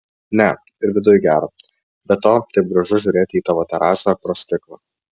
ne ir viduj gera be to taip gražu žiūrėti į tavo terasą pro stiklą